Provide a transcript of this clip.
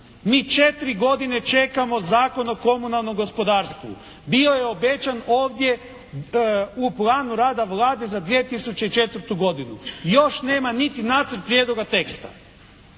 Mi četiri godine čekamo Zakon o komunalnom gospodarstvu. Bio je obećan ovdje u planu rada Vlade za 2004. godinu. Još nema niti nacrt niti jednoga teksta.